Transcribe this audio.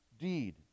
deed